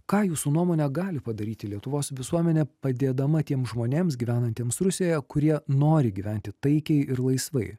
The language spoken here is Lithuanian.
ką jūsų nuomone gali padaryti lietuvos visuomenė padėdama tiems žmonėms gyvenantiems rusijoje kurie nori gyventi taikiai ir laisvai